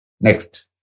Next